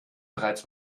bereits